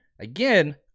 again